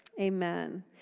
Amen